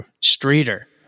Streeter